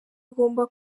igomba